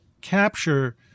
capture